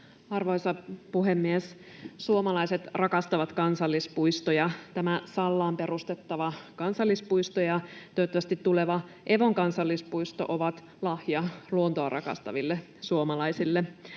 Arvoisa puhemies! Suomalaiset rakastavat kansallispuistoja. Tämä Sallaan perustettava kansallispuisto ja toivottavasti tuleva Evon kansallispuisto ovat lahja luontoa rakastaville suomalaisille.